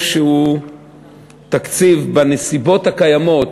שבנסיבות הקיימות,